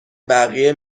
بقیه